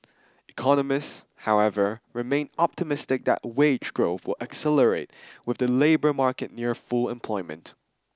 economists however remain optimistic that wage growth will accelerate with the labour market near full employment